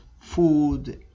food